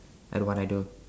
at what I do